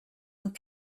und